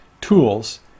tools